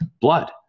blood